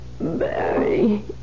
Barry